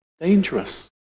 dangerous